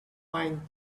pine